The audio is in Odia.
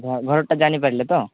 ଘରଟା ଜାଣି ପାରିଲେ ତ